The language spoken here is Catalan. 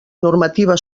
normativa